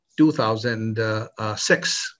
2006